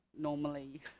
normally